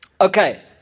Okay